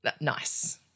Nice